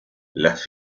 las